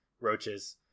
roaches